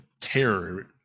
terror